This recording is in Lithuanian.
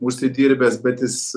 užsidirbęs bet jis